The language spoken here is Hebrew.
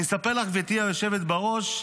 אני אספר לך, גברתי היושבת בראש,